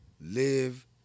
live